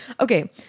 Okay